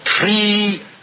three